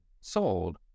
sold